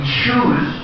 choose